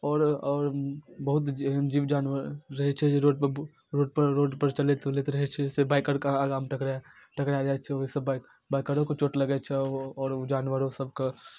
आओर आओर बहुत एहन जीव जानवर रहै छै जे रोडपर रोडपर रोडपर चलैत बुलैत रहै छै से बाइकरके आगाँमे टकरा टकरा जाइ छै अहूसँ बाइक बाइकरोके चोट लगै छै आओर उ जानवरो सबके